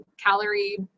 calorie